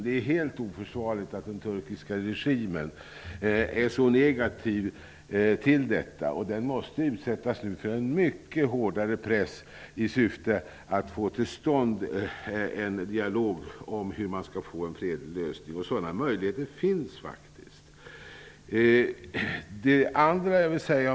Det är helt oförsvarligt att den turkiska regimen är så negativ till detta. Den måste nu utsättas för mycket hårdare press, i syfte att få till stånd en dialog om hur man skall nå en fredlig lösning. Det finns faktiskt möjligheter till detta.